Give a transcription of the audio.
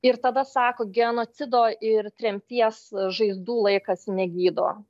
ir tada sako genocido ir tremties žaizdų laikas negydo